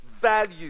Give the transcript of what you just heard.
value